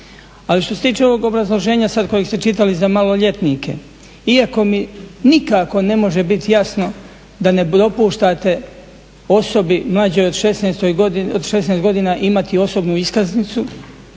Ali što se tiče ovog obrazloženja sad kojeg ste čitali za maloljetnike, iako mi nikako ne može biti jasno da ne dopuštate osobi mlađoj od 16 godini imati osobnu iskaznicu,